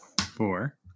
four